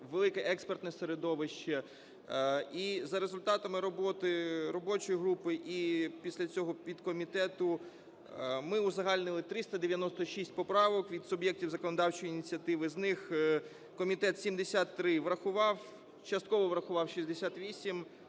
велике експертне середовище. І за результатами роботи робочої групи і після цього підкомітету ми узагальнили 396 поправок від суб'єктів законодавчої ініціативи. З них комітет 73 врахував, частково врахував 68,